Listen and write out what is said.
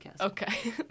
Okay